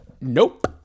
nope